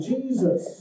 Jesus